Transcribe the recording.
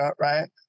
right